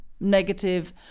negative